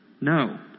no